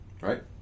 Right